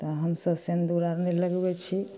तऽ हमसभ सेन्दुर आर नहि लगबै छी